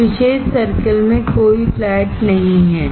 इस विशेष सर्कल में कोई फ्लैट नहीं है